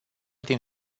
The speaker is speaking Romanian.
din